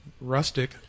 Rustic